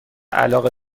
علاقه